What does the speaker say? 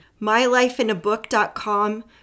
mylifeinabook.com